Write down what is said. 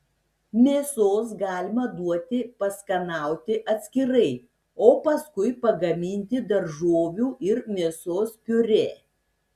mėsos galima duoti paskanauti atskirai o paskui pagaminti daržovių ir mėsos piurė